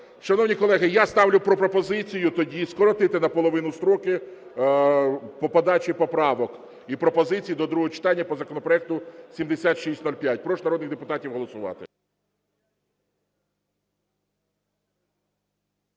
Шановні колеги, я ставлю пропозицію тоді скоротити наполовину строки по подачі поправок і пропозицій до другого читання по законопроекту 7605. Прошу народних депутатів голосувати.